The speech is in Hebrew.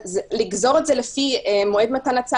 לגזור את זה לפי מועד מתן הצו